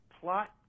plot